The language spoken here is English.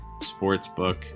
sportsbook